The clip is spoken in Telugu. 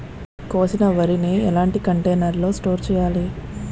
కోసిన వరిని ఎలాంటి కంటైనర్ లో స్టోర్ చెయ్యాలి?